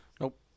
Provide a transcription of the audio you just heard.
Nope